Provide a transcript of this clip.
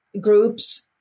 groups